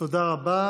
תודה רבה.